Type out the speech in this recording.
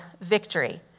victory